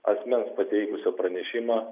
asmens pateikusio pranešimą